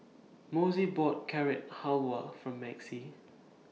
Mossie bought Carrot Halwa For Maxie